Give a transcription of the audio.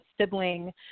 sibling